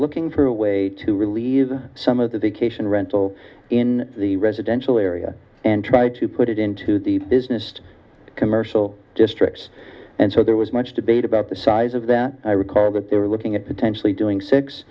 looking for a way to relieve some of the vacation rental in the residential area and try to put it into the business to commercial districts and so there was much debate about the size of that i recall that they were looking at potentially doing six